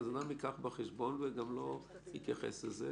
אז אדם ייקח בחשבון וגם לא יתייחס לזה.